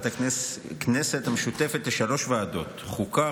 של הכנסת המשותפת לשלוש ועדות: ועדת החוקה,